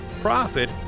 profit